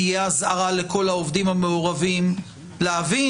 תהיה אזהרה לכל העובדים המעורבים להבין